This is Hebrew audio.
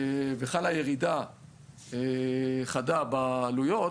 וחלה ירידה חדה בעלויות,